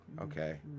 Okay